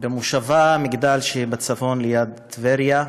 במושבה מגדל שבצפון, ליד טבריה.